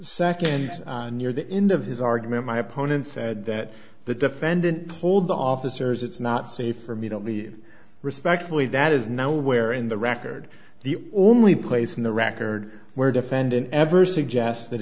second near the end of his argument my opponent said that the defendant pulled the officers it's not safe for me to leave respectfully that is nowhere in the record the only place in the record where defendant ever suggest that